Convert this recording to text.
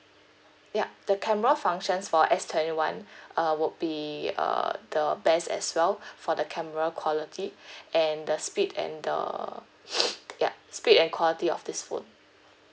yup the camera functions for S twenty one uh would be err the best as well for the camera quality and the speed and the ya speed and quality of this phone